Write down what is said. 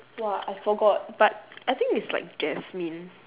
!wah! I forgot but I think it's like jasmine